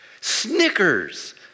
Snickers